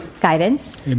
Guidance